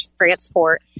transport